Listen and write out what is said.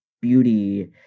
beauty